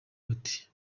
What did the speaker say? bati